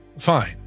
fine